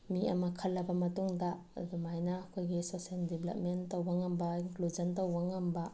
ꯃꯤ ꯑꯃ ꯈꯜꯂꯕ ꯃꯇꯨꯡꯗ ꯑꯗꯨꯃꯥꯏꯅ ꯑꯩꯈꯣꯏꯒꯤ ꯁꯣꯁꯤꯌꯦꯜ ꯗꯦꯚꯂꯞꯃꯦꯟ ꯇꯧꯕ ꯉꯝꯕ ꯏꯟꯀ꯭ꯂꯨꯖꯟ ꯇꯧꯕ ꯉꯝꯕ